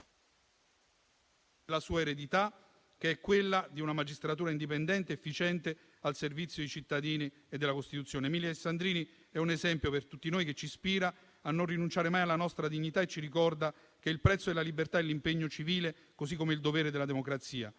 sua eredità, che è quella di una magistratura indipendente, efficiente, al servizio di cittadini e della Costituzione. Emilio Alessandrini è un esempio per tutti noi, che ci ispira a non rinunciare mai alla nostra dignità e ci ricorda che il prezzo della libertà è l'impegno civile, così come il dovere della democrazia.